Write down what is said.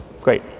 great